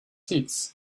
seats